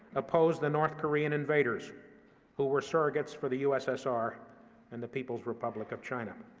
opposed the north korean invaders who were surrogates for the ussr and the people's republic of china.